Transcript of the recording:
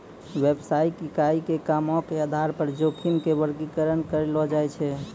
व्यवसायिक इकाई के कामो के आधार पे जोखिम के वर्गीकरण करलो जाय छै